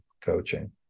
coaching